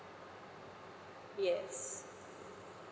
yes